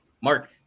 mark